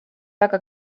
väga